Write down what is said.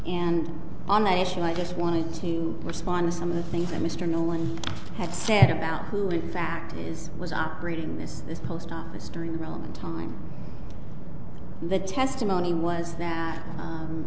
and on that issue i just wanted to respond to some of the things that mr no one had said about who in fact is was operating this this post office during roman time and the testimony was that